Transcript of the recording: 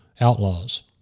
outlaws